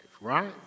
Right